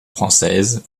française